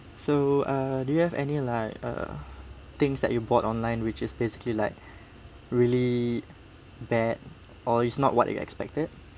so uh do you have any like uh things that you bought online which is basically like really bad or it's not what you expected